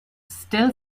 still